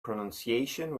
pronunciation